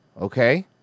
okay